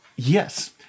Yes